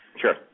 Sure